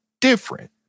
different